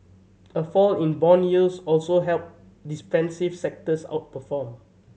a fall in bond yields also helped defensive sectors outperform